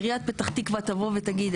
עיריית פתח-תקוה תגיד,